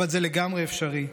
אבל זה לגמרי אפשרי,